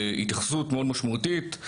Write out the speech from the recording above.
בהתייחסות מאוד משמעותית,